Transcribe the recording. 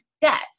debt